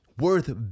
worth